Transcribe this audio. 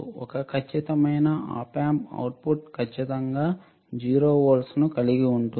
ఒక ఖచ్చితమైన Op Amp output ఖచ్చితంగా 0 వోల్ట్లను కలిగి ఉంటుంది